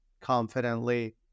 confidently